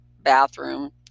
bathroom